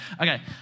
Okay